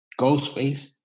ghostface